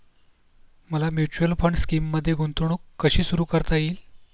मला mutual fund स्कीममध्ये गुंतवणूक कशी सुरू करता येईल?